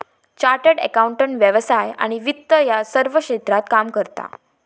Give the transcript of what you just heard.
chartered accountant व्यवसाय आणि वित्त या सर्व क्षेत्रात काम करता